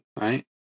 right